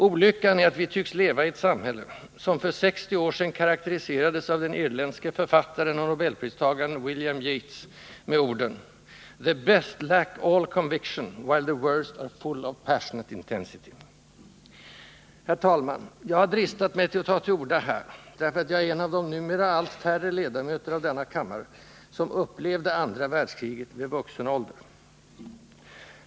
Olyckan är att vi tycks leva i ett samhälle, som för 60 år sedan karakteriserades av den irländske författaren och Nobelpristagaren William Yeats med orden: ”The best lack all conviction, while the worst are full of passionate intensity.” Herr talman! Jag har dristat mig att ta till orda här i dag, därför att jag är en av de numera allt färre ledamöter av denna kammare, som upplevde andra världskriget vid vuxen ålder.